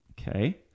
Okay